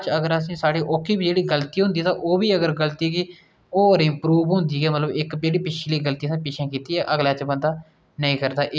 ते इक्क होर में अपनी दसमीं कक्षा बिच क्हानी पढ़ी ही धूप्प बत्ती जली उस धूप्प बत्ती जली च में पढ़ेआ हा कि अस जेल्लै